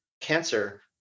cancer